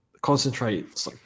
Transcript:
Concentrate